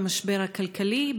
במשבר הכלכלי,